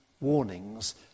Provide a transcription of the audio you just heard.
warnings